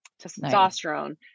testosterone